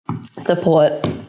support